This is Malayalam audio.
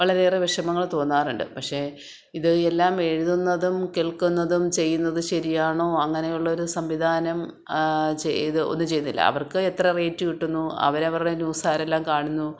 വളരെയേറെ വിഷമങ്ങൾ തോന്നാറുണ്ട് പക്ഷേ ഇത് എല്ലാം എഴുതുന്നതും കേൾക്കുന്നതും ചെയ്യുന്നത് ശരിയാണോ അങ്ങനെ ഉള്ളൊരു സംവിധാനം ചെയ്ത് ഒത് ചെയ്യുന്നില്ല അവർക്ക് എത്ര റേറ്റ് കിട്ടുന്നു അവർ അവരുടെ ന്യൂസ് ആരെല്ലാം കാണുന്നു